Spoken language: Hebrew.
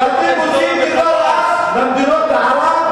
ואתם עושים מידה רעה למדינות ערב,